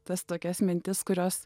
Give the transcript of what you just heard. tas tokias mintis kurios